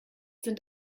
sind